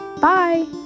Bye